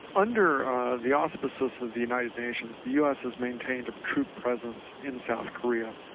under the auspices of the united nations, the us has maintained a troop presence in south korea,